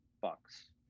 bucks